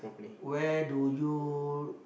where do you